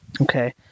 okay